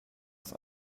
ist